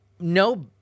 No